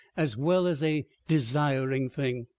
as well as a desiring thing.